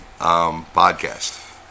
podcast